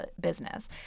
business